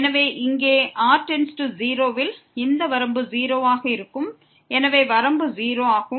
எனவே இங்கே r→0 ல் இந்த வரம்பு 0 ஆக இருக்கும் எனவே வரம்பு 0 ஆகும்